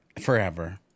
Forever